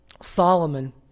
Solomon